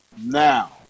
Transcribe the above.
Now